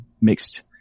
mixed